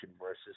versus